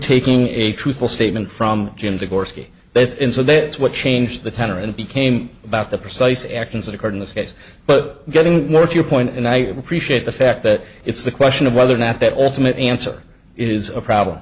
taking a truthful statement from jim de gorski that's in so that what changed the tenor and became about the precise actions that occurred in this case but getting more to your point and i appreciate the fact that it's the question of whether or not that ultimate answer is a problem